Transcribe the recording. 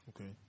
Okay